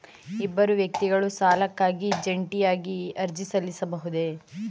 ಇಬ್ಬರು ವ್ಯಕ್ತಿಗಳು ಸಾಲಕ್ಕಾಗಿ ಜಂಟಿಯಾಗಿ ಅರ್ಜಿ ಸಲ್ಲಿಸಬಹುದೇ?